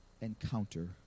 encounter